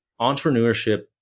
Entrepreneurship